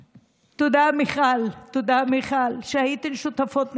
תודה, מיכל, תודה, מיכל, שהייתן שותפות נהדרות.